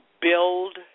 build